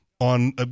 on